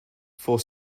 for